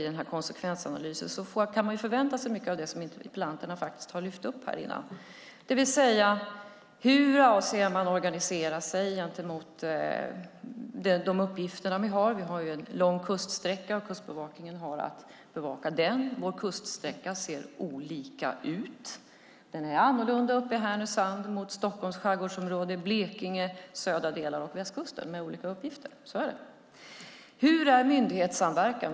I den här konsekvensanalysen kan man förvänta sig mycket av det som interpellanterna faktiskt har lyft upp här i dag, det vill säga hur man avser att organisera sig gentemot de uppgifter man har. Vi har en lång kuststräcka, och Kustbevakningen har att bevaka den. Vår kuststräcka ser olika ut. Den är annorlunda uppe i Härnösand än i Stockholms skärgårdsområde, i Blekinge och i södra delen av västkusten. Det medför olika uppgifter. Så är det. Hur fungerar myndighetssamverkan?